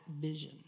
vision